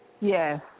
Yes